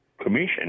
commission